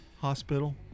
Hospital